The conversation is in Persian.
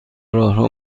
راهرو